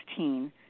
2016